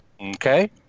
Okay